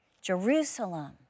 Jerusalem